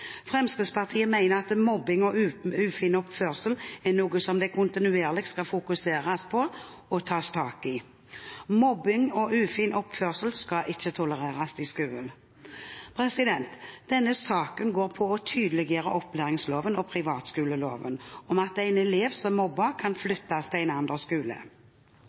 Fremskrittspartiet mener at mobbing og ufin oppførsel er noe som det kontinuerlig skal fokuseres på og tas tak i. Mobbing og ufin oppførsel skal ikke tolereres i skolen. Denne saken går på å tydeliggjøre i opplæringsloven og privatskoleloven at en elev som mobber, kan flyttes til en annen skole.